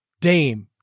Dame